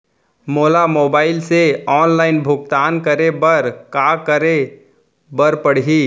मोला मोबाइल से ऑनलाइन भुगतान करे बर का करे बर पड़ही?